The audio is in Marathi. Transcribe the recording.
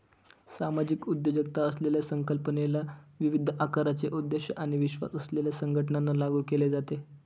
सामाजिक उद्योजकता असलेल्या संकल्पनेला विविध आकाराचे उद्देश आणि विश्वास असलेल्या संघटनांना लागू केले जाते